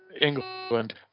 England